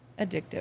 addictive